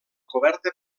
coberta